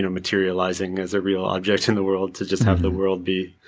um materializing as a real object in the world, to just have the world be,